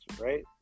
right